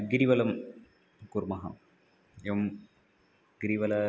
गिरिवलं कुर्मः एवं गिरिवलः